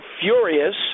furious